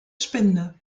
spinde